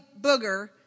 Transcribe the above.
booger